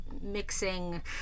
mixing